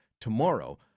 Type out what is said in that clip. tomorrow